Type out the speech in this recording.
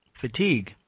fatigue